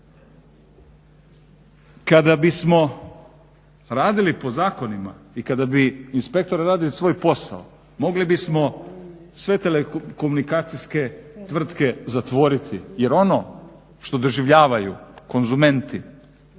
Kada bismo radili po zakonima i kada bi inspektor radio svoj posao mogli bismo sve telekomunikacijske tvrtke zatvoriti jer ono što doživljavaju konzumenti,